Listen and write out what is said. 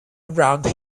around